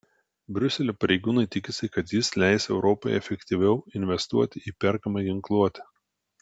briuselio pareigūnai tikisi kad jis leis europai efektyviau investuoti į perkamą ginkluotę